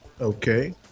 okay